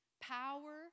power